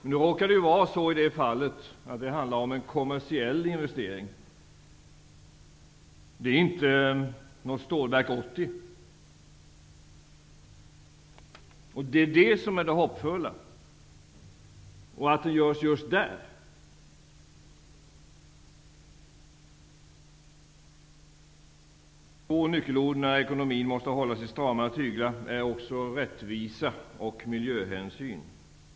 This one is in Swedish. I det här fallet råkar det vara så att det handlar om en kommersiell investering. Det är inte fråga om något Stålverk 80, och det är det hoppfulla. Två nyckelord när ekonomin måste hållas i stramare tyglar är också rättvisa och miljöhänsyn.